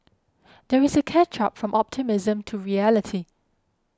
there is a catch up from optimism to reality